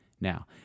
Now